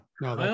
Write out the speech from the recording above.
no